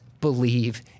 believe